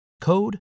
code